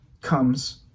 comes